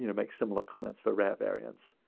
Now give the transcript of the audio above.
you know make similar comments for rare variants.